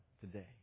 today